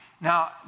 Now